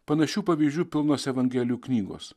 panašių pavyzdžių pilnos evangelijų knygos